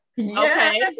okay